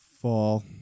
fall